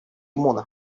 муну